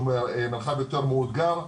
שהוא מרחב יותר מאותגר,